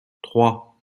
trois